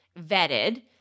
vetted